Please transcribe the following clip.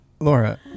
Laura